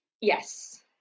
Yes